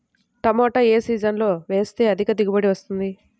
టమాటా ఏ సీజన్లో వేస్తే అధిక దిగుబడి వస్తుంది?